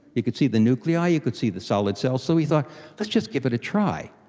you could see the nuclei, you could see the solid cells. so we thought let's just give it a try.